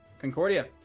Concordia